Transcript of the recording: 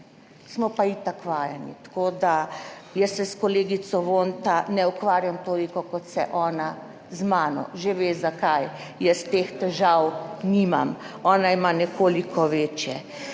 smo pa itak vajeni. Tako da jaz se s kolegico Vonta ne ukvarjam toliko, kot se ona z mano, že ve zakaj, jaz teh težav nimam, ona ima nekoliko večje.